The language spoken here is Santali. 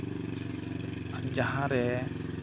ᱡᱟᱦᱟᱸ ᱨᱮ